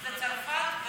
זה צרפת,